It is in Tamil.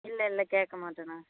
இல்லை இல்லை கேட்க மாட்டேண்ணா